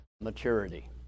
maturity